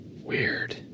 weird